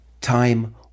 Time